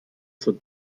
zur